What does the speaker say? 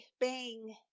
bang